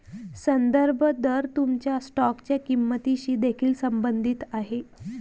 संदर्भ दर तुमच्या स्टॉकच्या किंमतीशी देखील संबंधित आहे